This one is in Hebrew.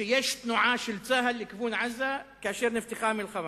שיש תנועה של צה"ל לכיוון עזה כאשר נפתחה המלחמה.